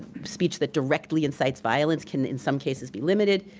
speech that directly incites violence can in some cases be limited.